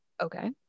okay